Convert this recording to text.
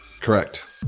Correct